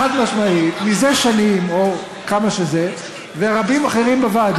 חברי כנסת מפה משתתפים בהפגנה לפני בית-המשפט